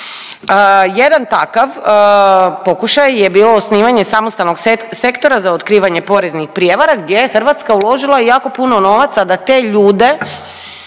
Jedan takav pokušaj je bilo osnivanje samostalnog sektora za otkrivanje poreznih prijevara gdje je Hrvatska uložila i jako puno novaca da te ljude